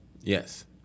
Yes